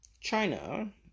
China